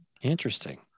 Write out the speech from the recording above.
Interesting